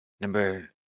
Number